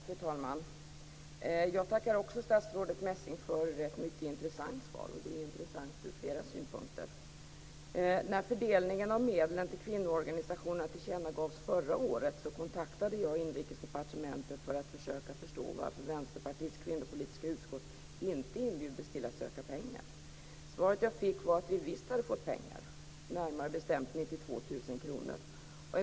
Fru talman! Jag tackar också statsrådet Messing för ett mycket intressant svar. Det är intressant ur flera synpunkter. När fördelningen av medlen till kvinnoorganisationerna tillkännagavs förra året, kontaktade jag Inrikesdepartementet för att försöka förstå varför Vänsterpartiets kvinnopolitiska utskott inte inbjudits till att söka pengar. Svaret jag fick var att vi visst hade fått pengar, närmare bestämt 92 000 kr.